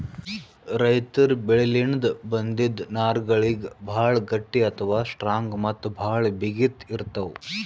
ರೈತರ್ ಬೆಳಿಲಿನ್ದ್ ಬಂದಿಂದ್ ನಾರ್ಗಳಿಗ್ ಭಾಳ್ ಗಟ್ಟಿ ಅಥವಾ ಸ್ಟ್ರಾಂಗ್ ಮತ್ತ್ ಭಾಳ್ ಬಿಗಿತ್ ಇರ್ತವ್